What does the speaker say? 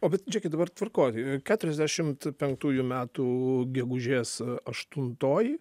o bet žiūrėkit dabar tvarkoj keturiasdešimt penktųjų metų gegužės aštuntoji